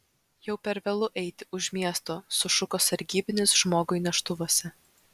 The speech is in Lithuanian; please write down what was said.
jau per vėlu eiti už miesto sušuko sargybinis žmogui neštuvuose